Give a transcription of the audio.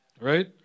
Right